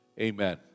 Amen